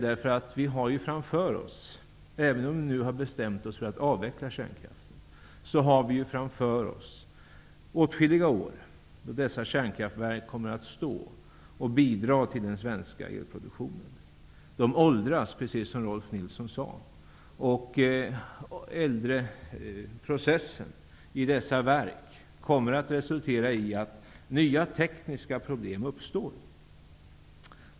Även om vi nu har bestämt oss för att avveckla kärnkraften, har vi framför oss åtskilliga år då dessa kärnkraftverk kommer att bidra till den svenska elproduktionen. De åldras -- precis som Rolf L Nilson sade. Åldringsprocessen i dessa verk kommer att resultera i att nya tekniska problem uppstår.